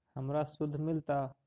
हमरा शुद्ध मिलता?